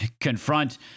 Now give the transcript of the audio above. confront